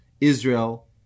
Israel